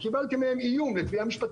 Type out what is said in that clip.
קיבלתי מהם איום לתביעה משפטית,